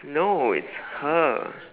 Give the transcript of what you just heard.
no it's her